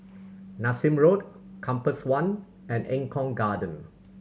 Nassim Road Compass One and Eng Kong Garden